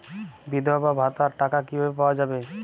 বিধবা ভাতার টাকা কিভাবে পাওয়া যাবে?